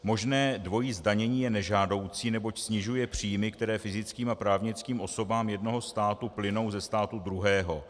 Možné dvojí zdanění je nežádoucí, neboť snižuje příjmy, které fyzickým a právnickým osobám jednoho státu plynou ze státu druhého.